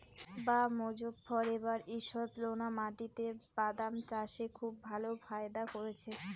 বাঃ মোজফ্ফর এবার ঈষৎলোনা মাটিতে বাদাম চাষে খুব ভালো ফায়দা করেছে